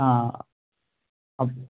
ആ അപ്പം